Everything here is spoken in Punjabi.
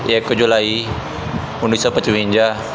ਇਕ ਜੁਲਾਈ ਉੱਨੀ ਸੌ ਪਚਵੰਜਾ